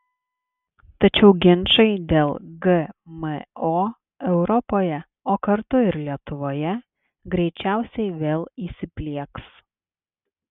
tačiau ginčai dėl gmo europoje o kartu ir lietuvoje greičiausiai vėl įsiplieks